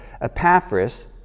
Epaphras